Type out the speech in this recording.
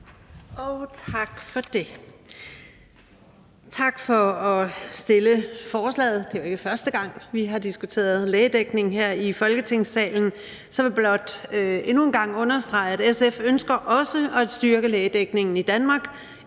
Tak for det. Tak for at fremsætte forslaget. Det er jo ikke første gang, vi har diskuteret lægedækning her i Folketingssalen, så jeg vil blot endnu en gang understrege, at SF også ønsker at styrke lægedækningen i Danmark,